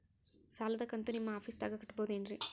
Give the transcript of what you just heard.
ಸಾಲದ ಕಂತು ನಿಮ್ಮ ಆಫೇಸ್ದಾಗ ಕಟ್ಟಬಹುದೇನ್ರಿ?